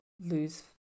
lose